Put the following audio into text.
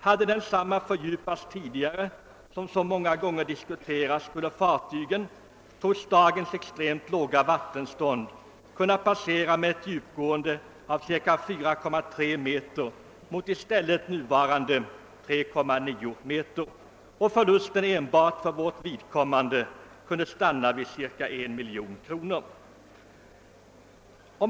Hade densamma fördjupats tidigare, som så många gånger diskuterats, skulle fartygen trots dagens extremt låga vattenstånd kunna passera med ett djupgående av ca 4,3 m mot i stället nuvarande 3,9 m och förlusten enbart för vårt vidkommande kunnat stanna vid ca 1 milj.kr.nor.